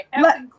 Let